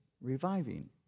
reviving